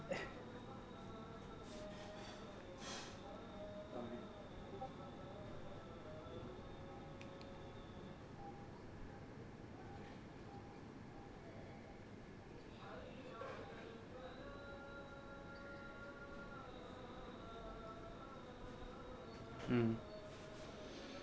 mm